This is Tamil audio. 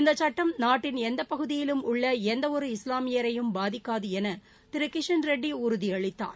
இந்தச் சுட்டம் நாட்டின் எந்தப் பகுதியிலும் உள்ள எந்தவொரு இஸ்லாமியரையும் பாதிக்காது என திரு கிஷண் ரெட்டி உறுதியளித்தார்